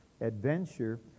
adventure